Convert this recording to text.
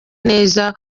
neza